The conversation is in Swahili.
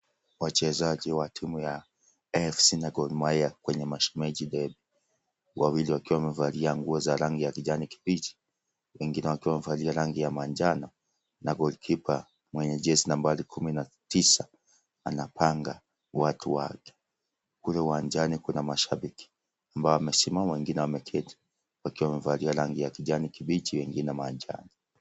Wachezaji wa timu ya AFC na Gor Mahia kwenye mashemeji derby wawili wakiwa wamevalia nguo za rangi ya kijani kibichi, wengine wakiwa wamevalia rangi ya manjano na goal keeper mwenye jezi nambari kumi na tisa anapanga watu wake, kule uwanjani kuna mashabiki ambao wamesimama wengine wameketi, wakiwa wamevalia rangi ya kijani kibichi wengine manjano.